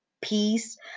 peace